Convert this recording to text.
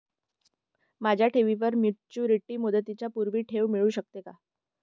माझ्या ठेवीवर मॅच्युरिटी मुदतीच्या पूर्वी ठेव मिळू शकते का?